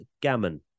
Gammon